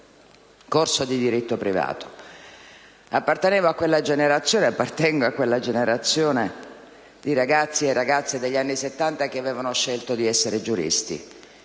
corso di diritto privato. Appartengo a quella generazione di ragazzi e ragazze degli anni Settanta che avevano scelto di essere giuristi